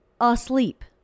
asleep